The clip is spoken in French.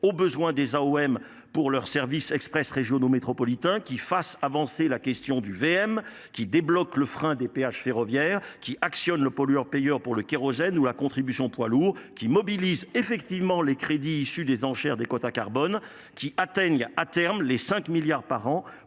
aux besoins des AOM pour leurs services express régionaux métropolitains, qui fasse avancer la question du versement mobilité, qui débloque le frein des péages ferroviaires, qui actionne le principe du pollueur payeur pour le kérosène ou la contribution poids lourds, qui mobilise effectivement les crédits issus de la mise aux enchères des quotas carbone, et qui atteigne, à terme, les 5 milliards d’euros